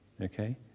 okay